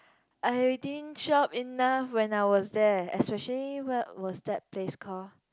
I didn't shop enough when I was there especially what was that place call